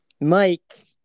mike